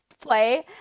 play